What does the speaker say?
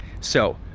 so.